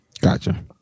Gotcha